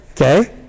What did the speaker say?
Okay